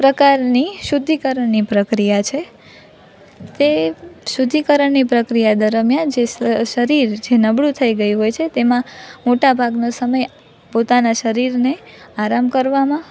પ્રકારની શુદ્ધિકરણની પ્રક્રિયા છે તે શુદ્ધિકરણ પ્રક્રિયા દરમિયાન જે શરીર જે નબળું થઈ ગયું હોય છે તેમાં મોટાભાગનો સમય પોતાના શરીરને આરામ કરવામાં